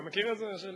אתה מכיר את זה?